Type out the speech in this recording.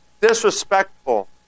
disrespectful